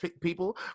people